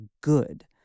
good